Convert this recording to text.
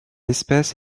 espèce